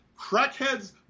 Crackheads